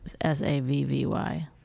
S-A-V-V-Y